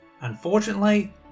Unfortunately